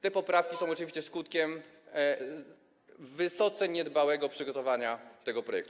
Te poprawki są oczywiście skutkiem wysoce niedbałego przygotowania tego projektu.